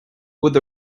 would